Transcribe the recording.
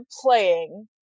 playing